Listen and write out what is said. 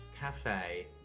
Cafe